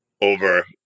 over